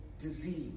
disease